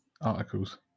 articles